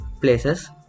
places